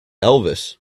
elvis